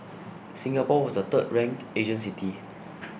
Singapore was the third ranked Asian city